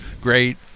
great